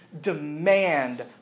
demand